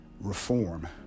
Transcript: reform